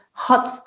Hot